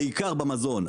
בעיקר במזון,